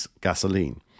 Gasoline